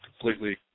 completely